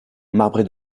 marbré